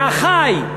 לאחי.